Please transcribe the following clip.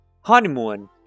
Honeymoon